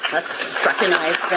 let's recognize